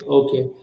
okay